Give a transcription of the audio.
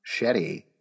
Shetty